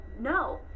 No